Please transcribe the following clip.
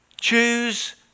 Choose